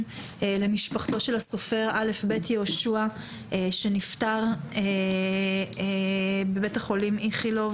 למשפחתו של הספורט א"ב יהושע שנפטר בבית החולים איכילוב,